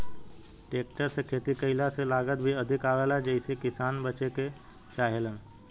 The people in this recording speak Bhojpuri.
टेकटर से खेती कईला से लागत भी अधिक आवेला जेइसे किसान बचे के चाहेलन